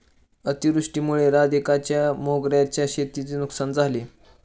अतिवृष्टीमुळे राधिकाच्या मोगऱ्याच्या शेतीची नुकसान झाले